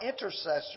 intercessor